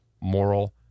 moral